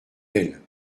elle